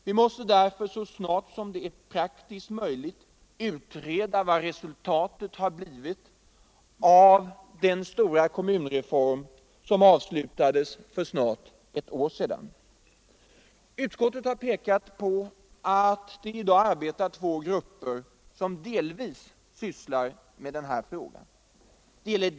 Vi måste därför så snart som det är praktiskt möjligt utreda vad resultatet har blivit av den stora kommunreform som avslutades för snart ett år sedan. Utskottet har pekat på att i dag arbetar två grupper som delvis sysslar med denna fråga.